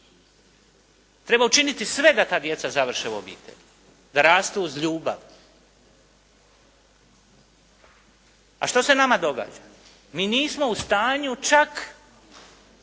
Treba učiniti sve da ta djeca završe u obitelji, da rastu uz ljubav. A što se nama događa? Mi nismo u stanju čak